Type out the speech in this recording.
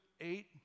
eight